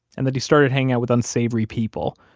and that he started hanging out with unsavory people,